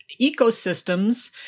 ecosystems